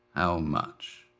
how much?